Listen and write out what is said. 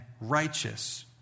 righteous